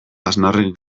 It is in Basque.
aznarrek